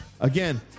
Again